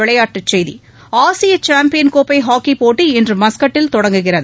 விளையாட்டுச் செய்திகள் ஆசிய சாம்பியன் கோப்பை ஹாக்கிப் போட்டி இன்று மஸ்கட்டில் தொடங்குகிறது